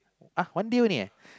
!huh! one day only eh